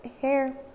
hair